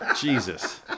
Jesus